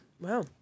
Wow